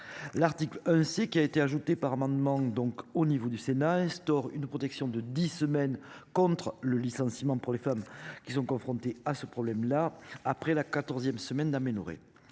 L'article 6 qui a été ajoutée par amendement donc au niveau du Sénat instaure une protection de 10 semaines contre le licenciement pour les femmes qui sont confrontés à ce problème-là. Après la 14ème semaine d'aménorrhée.